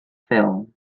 ffilm